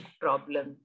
problem